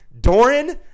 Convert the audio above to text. Doran